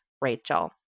Rachel